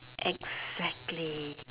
exactly